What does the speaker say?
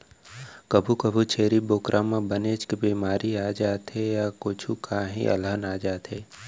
कभू कभू छेरी बोकरा म बनेच के बेमारी आ जाथे य कुछु काही अलहन आ जाथे